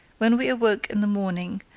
when we awoke in the morning,